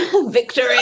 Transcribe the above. victory